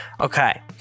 Okay